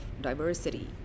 diversity